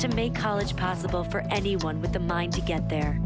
to make college possible for anyone with a mind to get there